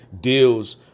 deals